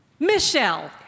Michelle